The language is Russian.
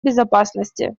безопасности